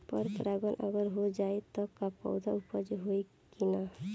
पर परागण अगर हो जाला त का पौधा उपज होई की ना?